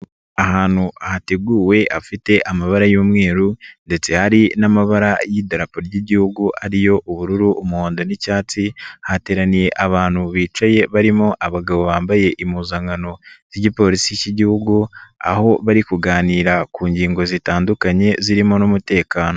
Ahantu hateguwe hafite amabara y'umweru ndetse hari n'amabara y'idarapo ry'Igihugu ari yo: ubururu, umuhondo n'icyatsi, hateraniye abantu bicaye barimo abagabo bambaye impuzankano z'igipolisi k'Igihugu, aho bari kuganira ku ngingo zitandukanye zirimo n'umutekano.